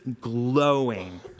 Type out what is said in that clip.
glowing